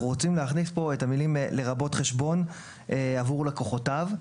אנחנו רוצים להכניס פה את המילים "לרבות חשבון עבור לקוחותיו".